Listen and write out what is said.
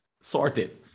sorted